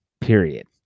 period